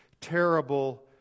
terrible